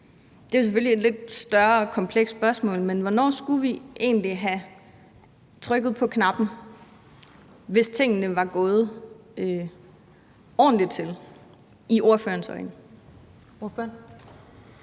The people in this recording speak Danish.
Det er jo selvfølgelig et lidt større og mere komplekst spørgsmål, men hvornår skulle vi egentlig have trykket på knappen, hvis tingene var gået ordentligt til i ordførerens øjne?